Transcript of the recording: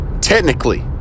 technically